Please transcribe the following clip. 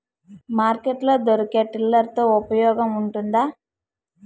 Market లో దొరికే tiller తో ఉపయోగం ఉంటుందా?